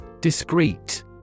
Discrete